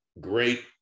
great